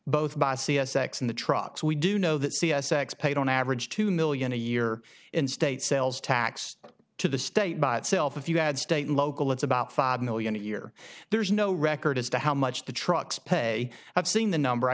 both in the trucks we do know that c s x paid on average two million a year in state sales tax to the state by itself if you add state and local it's about five million a year there's no record as to how much the trucks pay i've seen the number i